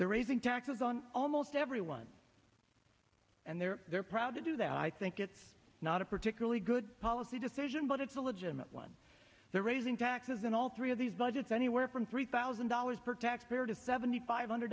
they're raising taxes on almost everyone and they're they're proud to do that i think it's not a particularly good policy decision but it's a legitimate one they're raising taxes in all three of these budgets anywhere from three thousand dollars per taxpayer to seventy five hundred